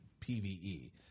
PvE